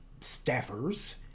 staffers